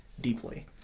deeply